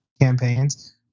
campaigns